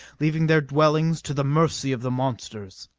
leaving their dwellings to the mercy of the monsters.